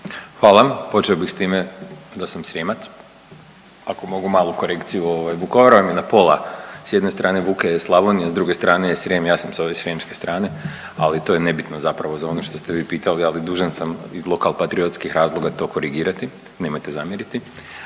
Počeo bih s time da sam Srijemac, ako mogu malu korekciju ovaj Vukovar vam je na pola, s jedne strane Vuke je Slavonija, s druge strane je Srijem, ja sam ove srijemske strane, ali to je nebitno zapravo za ono što ste vi pitali, ali dužan sam iz lokalpatriotskih razloga to korigirati, nemojte zamjeriti.